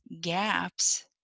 gaps